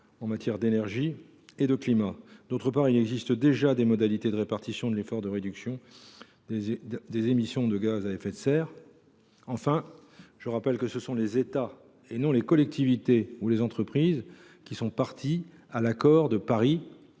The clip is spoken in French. en matière d’énergie et de climat. Ensuite, il y a des modalités de répartition de l’effort de réduction des émissions de gaz à effet de serre. Enfin, ce sont les États, et non les collectivités ou les entreprises, qui sont parties à l’accord de Paris